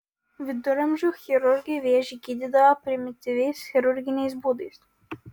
viduramžių chirurgai vėžį gydydavo primityviais chirurginiais būdais